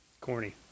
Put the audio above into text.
Corny